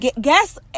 Guess